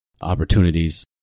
opportunities